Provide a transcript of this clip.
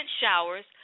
showers